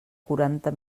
quaranta